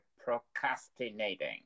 procrastinating